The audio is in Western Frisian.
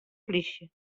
plysje